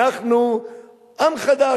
אנחנו עם חדש,